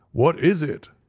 what is it?